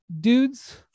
dudes